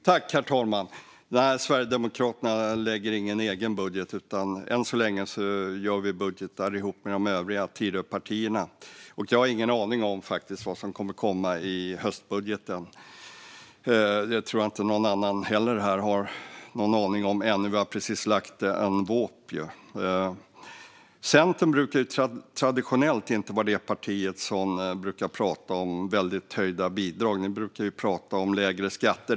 Herr talman! Sverigedemokraterna lägger inte fram någon egen budget; än så länge gör Sverigedemokraterna budgetar ihop med de övriga Tidöpartierna. Jag har ingen aning om vad som kommer att komma i höstbudgeten, och det tror jag inte att någon annan här heller har någon aning om ännu. Vi har ju precis lagt fram en VÅP. Centern brukar inte vara det parti som pratar om höjda bidrag. Ni i Centern brukar i stället prata om lägre skatter.